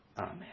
Amen